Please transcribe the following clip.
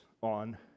on